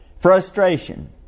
Frustration